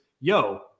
yo